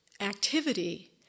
activity